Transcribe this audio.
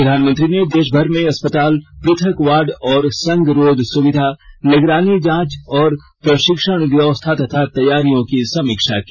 प्रधानमंत्री ने देशभर में अस्पताल पृथक वार्ड और संगरोध सुविधा निगरानी जांच और प्रशिक्षण व्यवस्था तथा तैयारियों की समीक्षा की